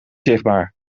zichtbaar